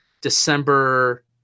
December